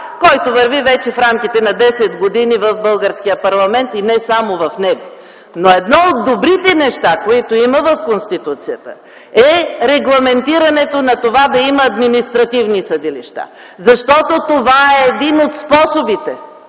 който върви вече в рамките на 10 години в българския парламент, но и не само в него. Но едно от добрите неща, които има в Конституцията, е регламентирането на това да има административни съдилища. Защото това е един от способите